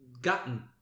gotten